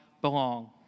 belong